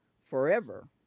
forever